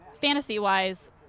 fantasy-wise